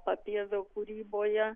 papievio kūryboje